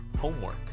homework